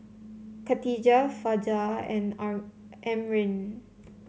Katijah Fajar and Amrin